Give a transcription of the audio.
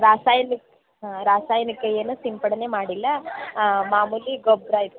ರಾಸಾಯನಿಕ ಹ್ಞೂ ರಾಸಾಯನಿಕ ಏನು ಸಿಂಪಡನೇ ಮಾಡಿಲ್ಲ ಮಾಮೂಲಿ ಗೊಬ್ಬರ ಇದಕ್ಕ